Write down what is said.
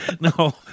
No